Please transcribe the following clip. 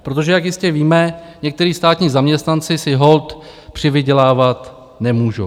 Protože jak jistě víme, někteří státní zaměstnanci si holt přivydělávat nemůžou.